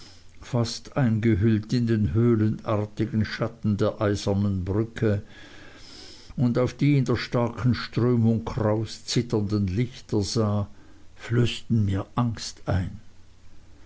fast eingehüllt in den höhlenartigen schatten der eisernen brücke und auf die in der starken strömung kraus zitternden lichter sah flößten mir angst ein